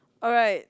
alright